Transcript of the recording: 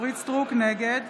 נגד